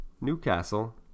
Newcastle